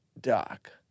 doc